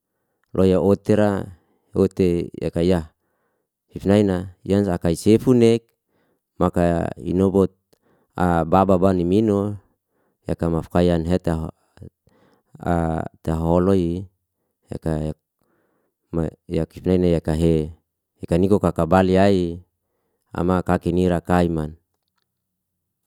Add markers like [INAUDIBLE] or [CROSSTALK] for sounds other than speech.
Loi ya ote ra, ote yaka yah hifnai na yan akaise funek maka inobot [HESITATION] baba baniminu yaka mafkayan hetoho [HESITATION] teholoi yaka [HESITATION] yakif nene yaka he. Ikaniku kakabal yae, ama kaki nira kaiman.